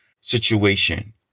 situation